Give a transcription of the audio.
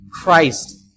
Christ